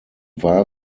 war